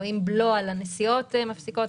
רואים בלו על הנסיעות שמפסיקות,